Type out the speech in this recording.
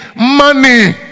Money